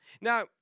now